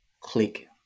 click